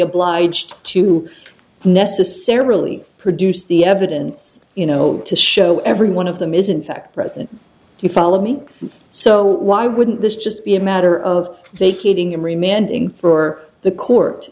obliged to necessarily produce the evidence you know to show every one of them is in fact present if you follow me so why wouldn't this just be a matter of vacating imrie manning for the court